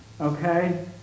Okay